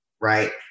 right